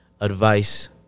advice